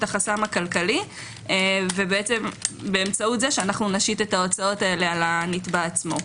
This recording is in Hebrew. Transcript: להקל את החסם הכלכלי באמצעות השתת ההוצאות האלה על הנתבע עצמו.